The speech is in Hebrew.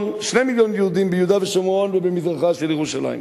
2 מיליון יהודים ביהודה ושומרון ובמזרחה של ירושלים.